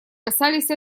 касались